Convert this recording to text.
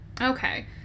Okay